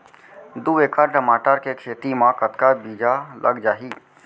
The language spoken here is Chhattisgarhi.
दू एकड़ टमाटर के खेती मा कतका बीजा लग जाही?